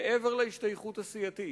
מעבר להשתייכות הסיעתית,